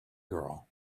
girl